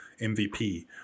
mvp